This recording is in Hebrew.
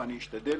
אני אשתדל.